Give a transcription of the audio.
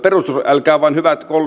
älkää vain hyvät